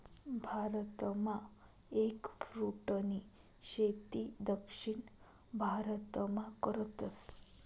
भारतमा एगफ्रूटनी शेती दक्षिण भारतमा करतस